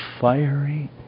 fiery